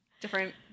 different